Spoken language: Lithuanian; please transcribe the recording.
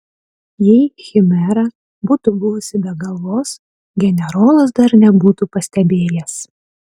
jei chimera būtų buvusi be galvos generolas dar nebūtų pastebėjęs